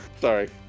Sorry